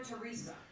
Teresa